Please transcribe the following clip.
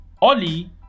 Oli